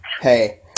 hey